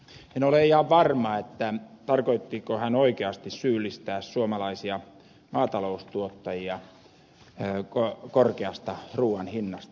en ole ihan varma tarkoittiko hän oikeasti syyllistää suomalaisia maataloustuottajia korkeasta ruuan hinnasta